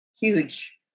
huge